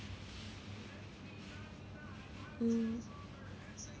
mm